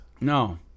No